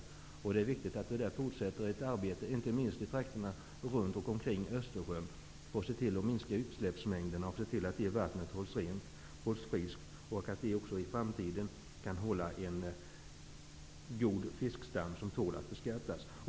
Det är därför viktigt att arbetet fortsätter, inte minst i trakterna omkring Östersjön, för att minska utsläppsmängderna och se till att vattnet hålls friskt, så att vi också i framtiden kan hålla en god fiskstam som tål att beskattas.